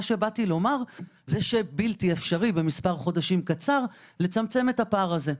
מה שבאתי לומר זה שבלתי אפשרי במספר חודשים קצר לצמצם את הפער הזה.